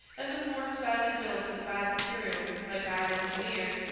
and the forts badly built of bad materials by bad engineers,